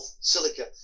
silica